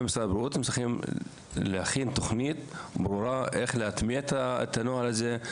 משרד הבריאות צריך להכין תוכנית ברורה איך להטמיע את הנוהל הזה,